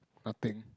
nothing